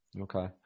Okay